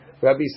Rabbi